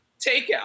takeout